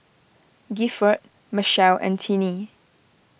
Gifford Machelle and Tinnie